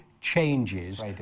changes